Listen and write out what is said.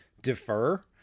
defer